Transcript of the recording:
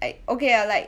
I okay ah like